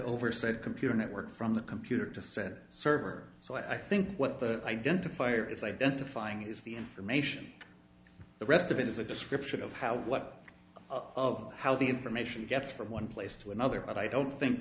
over said computer network from the computer to said server so i think what the identifier is identifying is the information the rest of it is a description of how of how the information gets from one place to another but i don't think